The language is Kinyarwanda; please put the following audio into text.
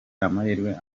amahirwe